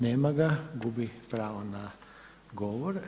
Nema ga, gubi pravo na govor.